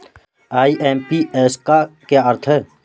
IMPS का क्या अर्थ है?